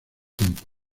tiempo